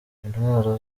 intwaro